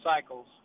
cycles